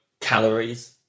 calories